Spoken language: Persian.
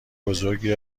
بزرگی